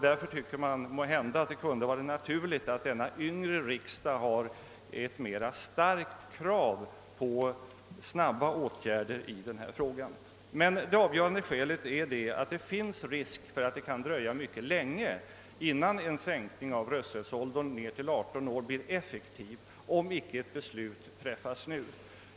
Därför tycker man att det kan vara naturligt att denna yngre riksdag starkare hävdar kravet på snabba åtgärder i sammanhanget. Det avgörande skälet är dock att det finns risk för att det kan dröja mycket länge innan en sänkning av rösträttsåldern ned till 18 år blir effektiv, om icke ett beslut träffas nu.